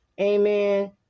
amen